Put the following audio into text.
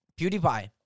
PewDiePie